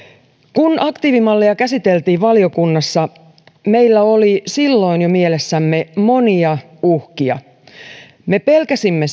kun aktiivimallia käsiteltiin valiokunnassa meillä oli silloin jo mielessämme monia uhkia me pelkäsimme